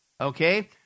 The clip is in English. okay